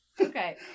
Okay